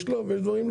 ויש דברים שלא,